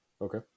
Okay